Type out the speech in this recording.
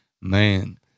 man